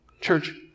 Church